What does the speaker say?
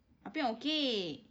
apa yang okay